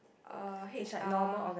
uh h_r